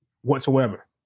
whatsoever